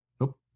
nope